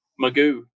Magoo